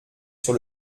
sur